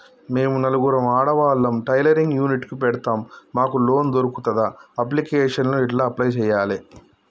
మేము నలుగురం ఆడవాళ్ళం టైలరింగ్ యూనిట్ పెడతం మాకు లోన్ దొర్కుతదా? అప్లికేషన్లను ఎట్ల అప్లయ్ చేయాలే?